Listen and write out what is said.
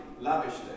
lavishly